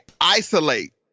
isolate